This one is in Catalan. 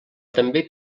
també